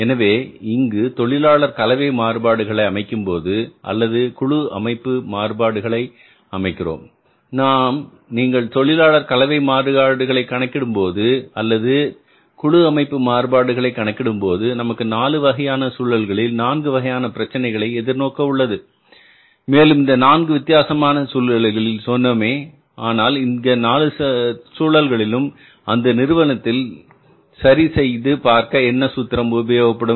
எனவே இங்கு தொழிலாளர் கலவை மாறுபாடுகளை அமைக்கும்போது அல்லது குழு அமைப்பு மாறுபாடுகளை அமைக்கிறோம் நாம் நீங்கள் தொழிலாளர் கலவை மாறுபாடுகளை கணக்கிடும் போது அல்லது குழு அமைப்பு மாறுபாடுகளை கணக்கிடும் போது நமக்கு 4 வகையான சூழல்களில் நான்கு வகையான பிரச்சனைகளை எதிர்நோக்க உள்ளது மேலும் இந்த நான்கு வித்தியாசமான சூழல்களில் சொன்னோமே ஆனால் இந்த நான்கு சூழல்களும் அந்த நிறுவனத்தில் சரி செய்து பார்க்க என்ன சூத்திரம் உபயோகப்படும்